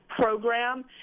program